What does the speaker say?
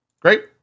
Great